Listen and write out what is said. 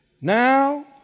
now